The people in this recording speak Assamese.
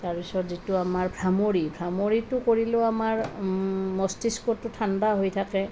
তাৰ পিছত আমাৰ যিটো ভ্ৰমৰি ভ্ৰমৰিটো কৰিলেও আমাৰ মস্তিষ্কটো ঠাণ্ডা হৈ থাকে